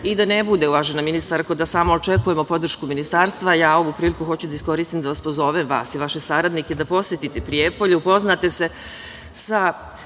ne bude, uvažena ministarko, da samo očekujemo podršku ministarstva, ja ovu priliku hoću da iskoristim da pozovem vas i vaše saradnike da posetite Prijepolje, upoznate se sa